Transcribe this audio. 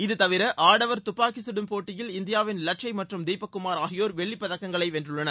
இது தவிர ஆடவர் துப்பாக்கிச்சுடும் போட்டியில் இந்தியாவின் லட்சய் மற்றும் தீபக் குமார் ஆகியோர் வெள்ளிப் பதக்கங்களை வென்றுள்ளனர்